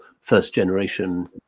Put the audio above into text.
first-generation